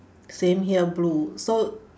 same here blue so